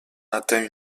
atteint